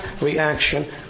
reaction